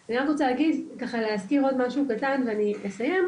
אני רק רוצה להזכיר עוד משהו קטן ואני אסיים,